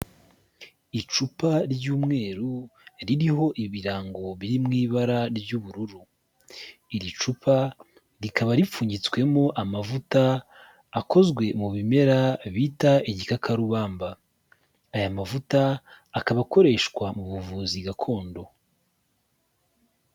Icupa ry'umweru, ririho ibirango biri mu ibara ry'ubururu. Iri cupa rikaba ripfunyitswemo amavuta, akozwe mu bimera bita igikakarubamba. Aya mavuta, akaba akoreshwa mu buvuzi gakondo.